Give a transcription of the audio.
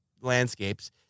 landscapes